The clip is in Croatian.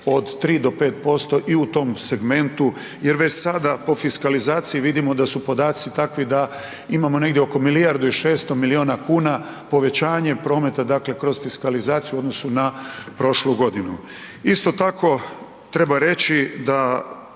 od 3 do 5% i u tom segmentu jer već sada po fiskalizaciji vidimo da su podaci takvi da imamo negdje oko milijardu i 600 milijuna kuna povećanje prometa kroz fiskalizaciju u odnosu na prošlu godinu. Isto tako treba reći da